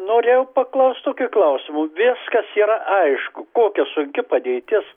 norėjau paklaust tokio klausimo viskas yra aišku kokia sunki padėtis